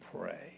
pray